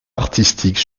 artistique